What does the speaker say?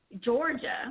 Georgia